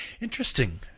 Interesting